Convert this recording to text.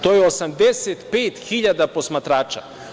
To je 85.000 posmatrača.